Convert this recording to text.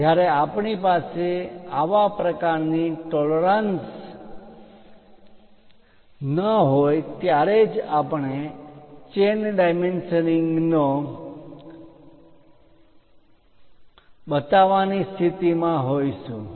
જ્યારે આપણી પાસે આવા પ્રકારની ટોલેરન્સિસ પરિમાણ માં માન્ય તફાવત ન હોય ત્યારે જ આપણે ચેન ડાયમેન્શનિંગનો chain dimensioning સાંકળ પરિમાણ બતાવવાની સ્થિતિમાં હોઈશું